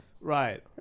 Right